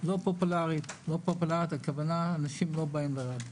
לא פופולרית הכוונה היא שאנשים לא באים לערד.